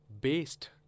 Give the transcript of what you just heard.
based